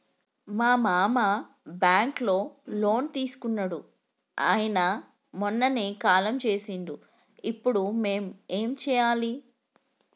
మా మామ బ్యాంక్ లో లోన్ తీసుకున్నడు అయిన మొన్ననే కాలం చేసిండు ఇప్పుడు మేం ఏం చేయాలి?